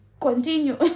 continue